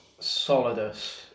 solidus